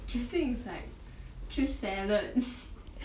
dressing is like 吃 salad